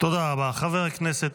כאשר אנו חוגגים עם יקירנו את ראש השנה,